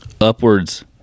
upwards